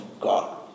God